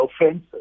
offensive